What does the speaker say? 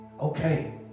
okay